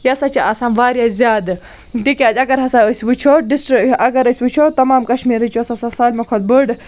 یہِ ہَسا چھِ آسان واریاہ زیادٕ تِکیٛازِ اگر ہَسا أسۍ وٕچھو ڈِسٹِرٛ اگر أسۍ وٕچھو تَمام کشمیٖرٕچ یۄس ہَسا سالمہِ کھۄتہٕ بٔڑ